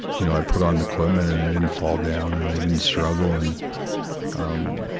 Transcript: you know, i put on the equipment and i didn't fall down, and i didn't struggle, and um,